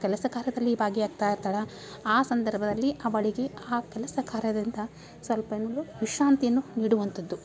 ಕೆಲಸ ಕಾರ್ಯದಲ್ಲಿ ಭಾಗಿಯಾಗ್ತ ಇರ್ತಾಳೆ ಆ ಸಂದರ್ಭದಲ್ಲಿ ಅವಳಿಗೆ ಆ ಕೆಲಸ ಕಾರ್ಯದಿಂದ ಸ್ವಲ್ಪ ಏನದು ವಿಶ್ರಾಂತಿಯನ್ನು ನೀಡುವಂಥದ್ದು